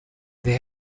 they